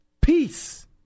peace